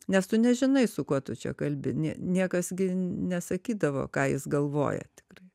nes tu nežinai su kuo tu čia kalbi ni niekas gi nesakydavo ką jis galvoja tikrai